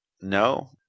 No